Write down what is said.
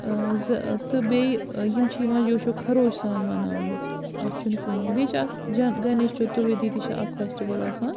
ٲں زٕ تہٕ بیٚیہِ یِم چھِ یِوان جوش و خَروش سان مَناونہٕ اَتھ چھُنہٕ کٕہٲنۍ بیٚیہِ چھِ اَکھ جَن گَنیش چتُرویدی تہِ چھُ اَکھ فیٚسٹِوَل آسان